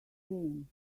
jane